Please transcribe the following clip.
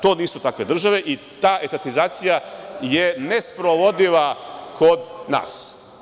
To nisu takve države i ta etatizacija je nesprovodiva kod nas.